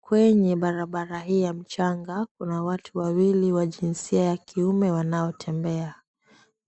Kwenye barabara hii ya mchanga kuna watu wawili wajinsia ya kiume wanaotembea.